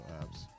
apps